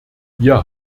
wir